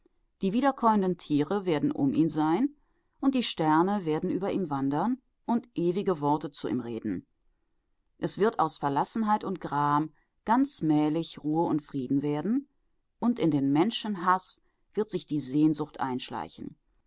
die wiederkäuenden tiere werden um ihn sein und die sterne werden über ihm wandern und ewige worte zu ihm reden es wird aus verlassenheit und gram ganz mählich ruhe und frieden werden und in den menschenhaß wird sich die sehnsucht einschleichen